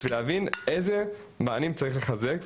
בשביל להבין איזה מענים צריך לחזק,